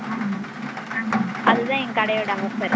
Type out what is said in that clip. ஆமாம் ஆமாம் அது தான் எங்க கடையோட ஆஃபர்